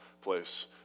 place